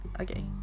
okay